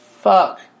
fuck